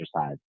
exercise